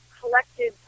collected